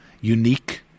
unique